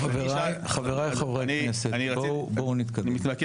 חבריי חברי הכנסת, בואו נתקדם.